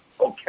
okay